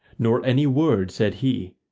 nor any word said he,